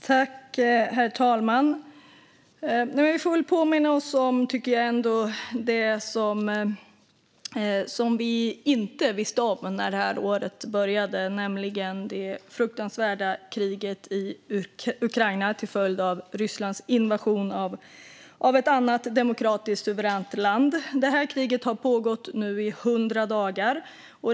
Herr talman! Vi får ändå påminna oss, tycker jag, om det som vi inte visste om när det här året började, nämligen det fruktansvärda kriget i Ukraina till följd av Rysslands invasion av ett annat, demokratiskt suveränt land. Det här kriget har nu pågått i hundra dagar.